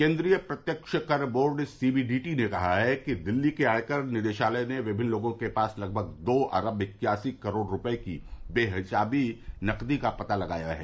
केन्द्रीय प्रत्यक्ष कर बोर्ड सीबीडीटी ने कहा है कि दिल्ली के आयकर निदेशालय ने विभिन्न लोगों के पास लगभग दो अरब इक्यासी करोड़ रूपये की बेहिसाबी नकदी का पता लगाया है